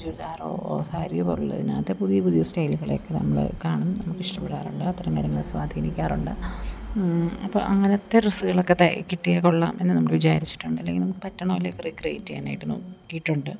ചുരിദാറോ സാരിയൊ പോലുള്ളതിനകത്തെ പുതിയ പുതിയ സ്റ്റൈലുകൾ ഒക്കെ നമ്മൾ കാണും നമുക്ക് ഇഷ്ടപ്പെടാറുണ്ട് അത്തരം കാര്യങ്ങളും സ്വാധീനിക്കാറുണ്ട് അപ്പം അങ്ങനത്തെ ഡ്രസ്സുകളൊക്കെ തയി കിട്ടിയ കൊള്ളാം എന്ന് നമ്മൾ വിചാരിച്ചിട്ടുണ്ട് അല്ലെങ്കിൽ നമുക്ക് പറ്റണത് പോലൊക്കെ റിക്രിയേറ്റ് ചെയ്യാനായിട്ട് നോക്കിയിട്ടുണ്ട്